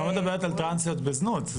את לא מדברת על טרנסיות בזנות.